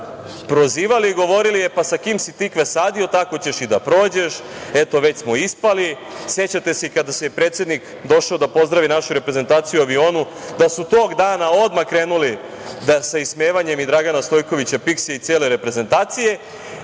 ga prozivali i govorili – e pa sa kime si tikve sadio, tako ćeš i da prođeš, pa eto već smo ispali. Sećate se i kada je predsednik došao da pozdravi našu reprezentaciju u avionu da su tog dana odmah krenuli sa ismevanjem i Dragana Stojkovća Piksija i cele reprezentacije,